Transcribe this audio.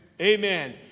Amen